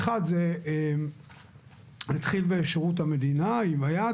האחד, נתחיל בשירות המדינה, עם איאת.